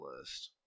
list